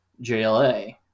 JLA